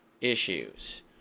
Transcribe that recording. issues